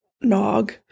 nog